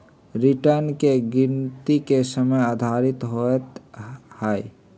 return की गिनति के समय आधारित होइ छइ